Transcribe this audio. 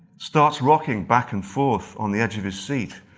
starts rocking back and forth on the edge of his seat.